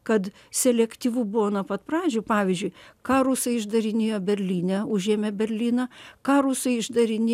kad selektyvu buvo nuo pat pradžių pavyzdžiui ką rusai išdarinėjo berlyne užėmę berlyną ką rusai išdarinė